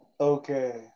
okay